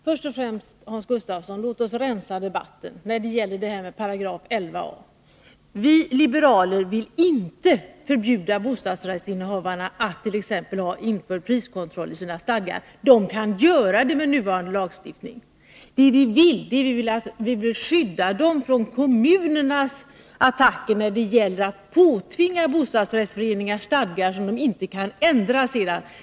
Fru talman! Låt oss rensa debatten, Hans Gustafsson, när det gäller 11 a §. Vi liberaler vill inte förbjuda bostadsrättsinnehavarna att t.ex. införa priskontroll i sina stadgar. Det kan de göra med nuvarande lagstiftning. Det vi vill är att skydda dem från kommunernas attacker när det gäller att påtvinga bostadsrättsföreningar stadgar som de sedan inte kan ändra.